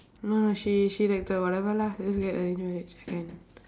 no lah she she like the whatever lah I just get engaged can